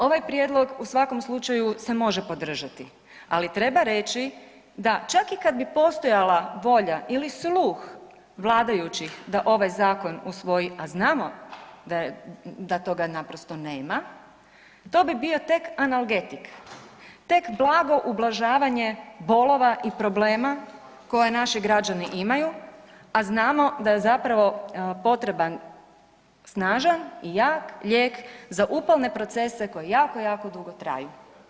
Ovaj prijedlog u svakom slučaju se može podržati, ali treba reći da čak i kada bi postojala volja ili sluh vladajućih da ovaj zakon usvoji, a znamo da toga naprosto nema, to bi bio tek analgetik, tek blago ublažavanje bolova i problema koje naši građani imaju, a znamo da je zapravo potreban snažan i jak lijek za upalne procese koji jako, jako dugo traju.